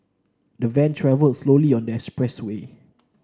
the van travelled slowly on the expressway